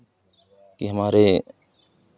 कि हमारे